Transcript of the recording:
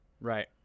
Right